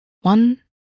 One